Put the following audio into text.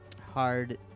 hard